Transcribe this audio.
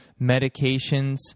medications